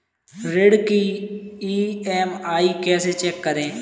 ऋण की ई.एम.आई कैसे चेक करें?